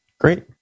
great